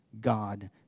God